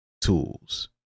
tools